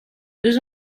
deux